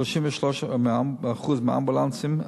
ו-33% מהאמבולנסים,